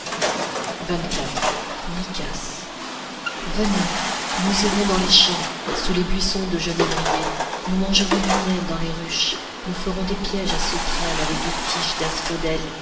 lykas venez nous irons dans les champs sous les buissons de genévriers nous mangerons du miel dans les ruches nous ferons des pièges à sauterelles avec des tiges